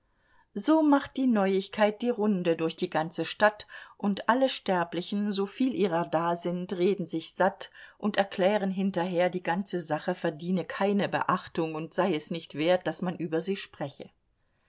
so macht die neuigkeit die runde durch die ganze stadt und alle sterblichen soviel ihrer da sind reden sich satt und erklären hinterher die ganze sache verdiene keine beachtung und sei es nicht wert daß man über sie spreche